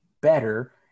better